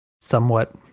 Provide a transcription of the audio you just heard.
somewhat